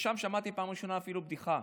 ושם שמעתי בפעם הראשונה אפילו בדיחה.